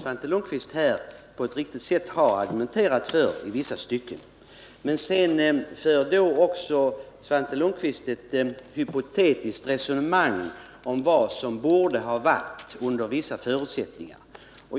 Svante Lundkvist här på ett riktigt sätt har argumenterat för. Men sedan för Svante Lundkvist ett hypotetiskt resonemang om vad som borde ha skett under vissa förutsättningar.